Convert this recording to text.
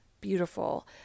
beautiful